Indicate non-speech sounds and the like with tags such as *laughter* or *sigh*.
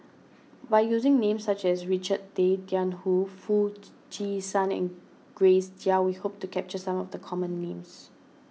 *noise* by using names such as Richard Tay Tian Hoe Foo *unintelligible* Chee San and Grace Chia we hope to capture some of the common names